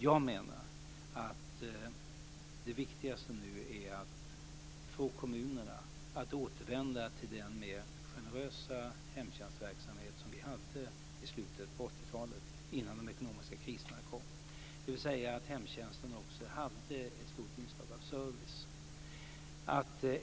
Jag menar att det viktigaste nu är att få kommunerna att återvända till den mer generösa hemtjänstverksamhet som vi hade i slutet på 80-talet innan de ekonomiska kriserna kom, dvs. att hemtjänsten också hade ett stort inslag av service.